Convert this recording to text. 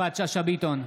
יפעת שאשא ביטון,